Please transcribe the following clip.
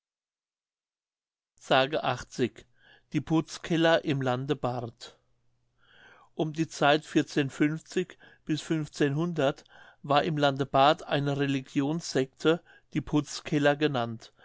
s die putzkeller im lande bart um die zeit bis war im lande bart eine religionssecte die putzkeller genannt